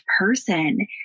person